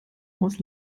haus